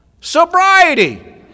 Sobriety